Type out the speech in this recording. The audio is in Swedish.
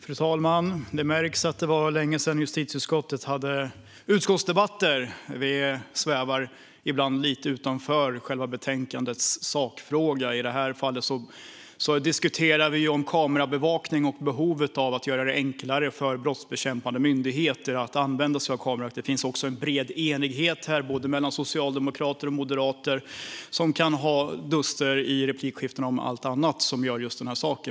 Fru talman! Det märks att det var länge sedan som justitieutskottet hade debatt. Vi svävar ibland lite utanför själva betänkandets sakfråga. I detta fall diskuterar vi kamerabevakning och behovet av att göra det enklare för brottsbekämpande myndigheter att använda sig av kameror. Det finns också en bred enighet mellan socialdemokrater och moderater, även om de har duster om allt annat i replikskiftena än om det som rör just denna sak.